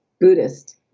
Buddhist